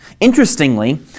Interestingly